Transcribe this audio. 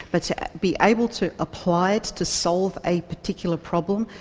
but to be able to apply it to solve a particular problem,